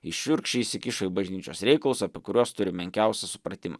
jis šiurkščiai įsikišo į bažnyčios reikalus apie kuriuos turi menkiausią supratimą